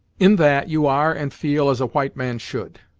in that you are and feel as a white man should!